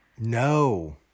No